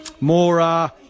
more